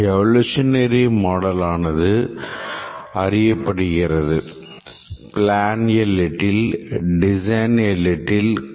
evolutionary மாடலானது அறியப்படுகிறது "plan a little design a little code a little"